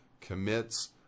commits